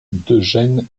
d’eugène